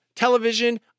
television